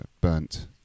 burnt